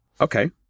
Okay